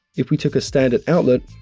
if we took a standard outlet,